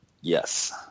Yes